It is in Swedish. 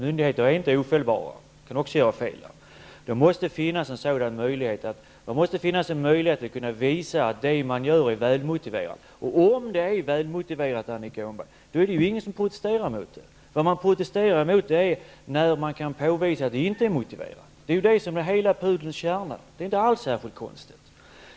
Myndigheter är inte ofelbara, utan de kan också göra fel. Det måste finnas en möjlighet att visa att det man gör är välmotiverat. Om det är det, Annika Åhnberg, är det ingen som protesterar mot det. Vad man protesterar mot är de fall där man kan visa att det inte är motiverat. Det är hela pudelns kärna. Det är inte alls konstigt.